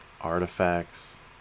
artifacts